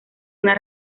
una